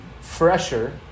fresher